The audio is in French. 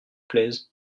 plaisent